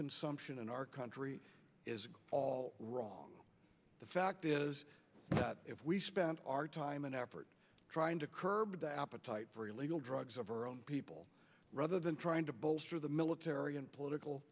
consumption in our country is all wrong the fact is that if we spent our time and effort trying to curb the appetite for illegal drugs of our own people rather than trying to bolster the military and political